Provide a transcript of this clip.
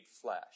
flesh